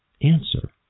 answer